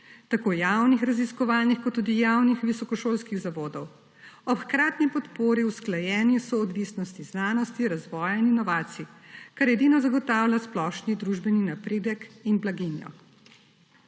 tako javnih raziskovalnih kot tudi javnih visokošolskih zavodov, ob hkrati podpori usklajeni soodvisnosti znanosti, razvoja in inovacij, kar edino zagotavlja splošni družbeni napredek in blaginjo.